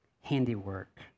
handiwork